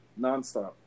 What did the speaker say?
nonstop